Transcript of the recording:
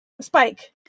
spike